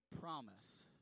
promise